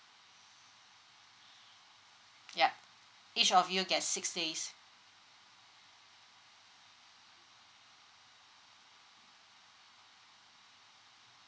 yup each of you get six days